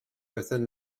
within